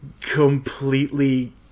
completely